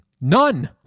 none